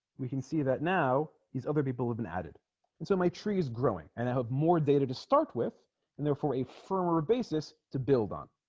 we can see that now these other people have been added and so my tree is growing and i have more data to start with and therefore a firmer basis to build on